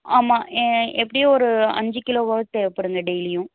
ஆமாம் எப்படியும் ஒரு அஞ்சு கிலோவாவது தேவைப்படுங்க டெய்லியும்